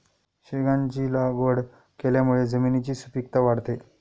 शेंगांची लागवड केल्यामुळे जमिनीची सुपीकता वाढते